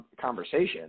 conversation